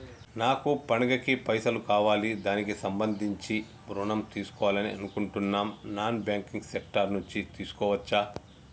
నాకు పండగ కి పైసలు కావాలి దానికి సంబంధించి ఋణం తీసుకోవాలని అనుకుంటున్నం నాన్ బ్యాంకింగ్ సెక్టార్ నుంచి తీసుకోవచ్చా?